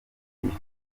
ifite